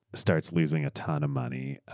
starts losing a ton of money,